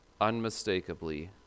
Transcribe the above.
unmistakably